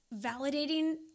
validating